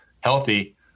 healthy